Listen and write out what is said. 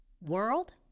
world